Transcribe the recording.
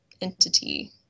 entity